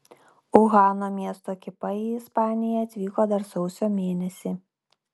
uhano miesto ekipa į ispaniją atvyko dar sausio mėnesį